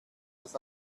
das